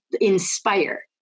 inspire